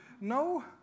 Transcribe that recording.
No